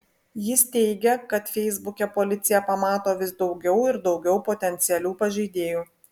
jis teigia kad feisbuke policija pamato vis daugiau ir daugiau potencialių pažeidėjų